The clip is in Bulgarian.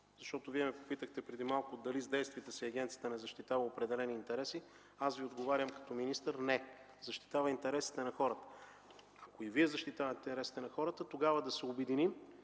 защото Вие ме попитахте преди малко дали с действията си агенцията не защитава определени интереси, аз Ви отговарям като министър: „Не! Защитава интересите на хората”. Ако и Вие защитавате интересите на хората, тогава да се обединим